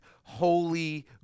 holy